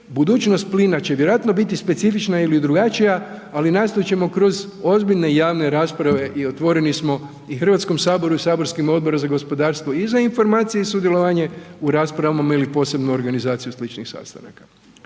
budućnost plina će vjerojatno biti specifična ili drugačija, ali nastojat ćemo kroz ozbiljne i javne rasprave i otvoreni smo i HS i saborskom Odboru za gospodarstvo i za informacije i sudjelovanje u raspravama ili posebno organizaciju sličnih sastanaka.